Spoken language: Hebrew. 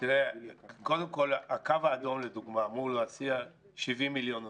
קודם כל הקו האדום לדוגמא אמור להסיע 70 מיליון נוסעים.